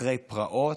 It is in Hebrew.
אחרי פרעות,